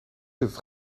het